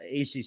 ACC